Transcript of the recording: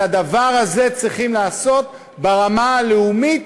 את הדבר הזה צריכים לעשות ברמה הלאומית,